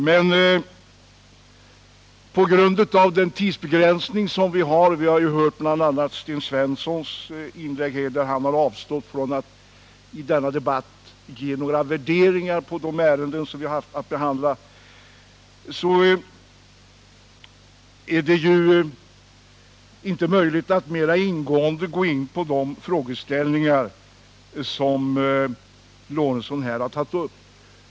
Men på grund av rådande tidsbegränsningar — vi har ju hört Sten Svenssons inlägg, där han avstod från att i denna debatt framföra några värderande synpunkter på de ärenden som vi har att behandla —är det inte möjligt att mer ingående gå in på de frågeställningar som Gustav Lorentzon här har tagit upp.